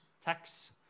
tax